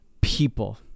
people